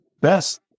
best